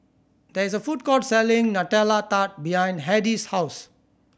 there is a food court selling Nutella Tart behind Hedy's house